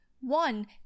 one